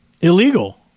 Illegal